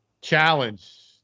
challenge